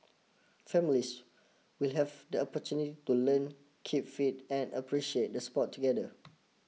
families will have the opportunity to learn keep fit and appreciate the sport together